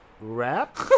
rap